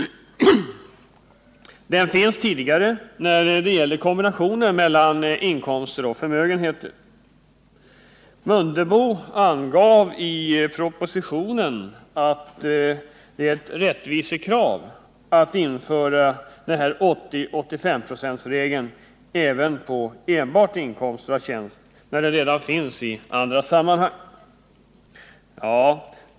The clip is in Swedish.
Den finns tidigare när det gäller kombinationen mellan inkomster och förmögenheter. Ingemar Mundebo angav i propositionen att det är ett rättvisekrav att införa 80/85-procentsregeln även för enbart inkomster av tjänst när den redan finns i andra sammanhang.